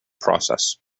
process